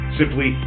simply